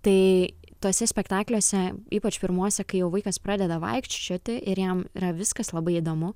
tai tuose spektakliuose ypač pirmuose kai vaikas pradeda vaikščioti ir jam yra viskas labai įdomu